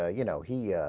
ah you know here ah.